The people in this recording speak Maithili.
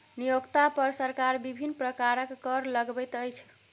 नियोक्ता पर सरकार विभिन्न प्रकारक कर लगबैत अछि